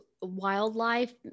wildlife